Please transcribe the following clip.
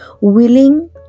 willing